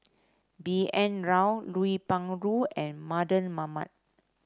B N Rao Lui Pao and Mardan Mamat